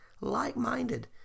like-minded